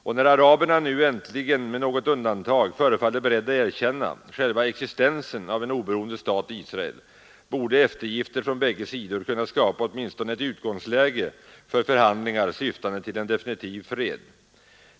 Och när araberna nu äntligen med något undantag förefaller beredda erkänna själva existensen av en oberoende stat Israel, borde eftergifter från bägge sidor kunna skapa åtminstone ett utgångsläge för förhandlingar syftande till en definitiv fred.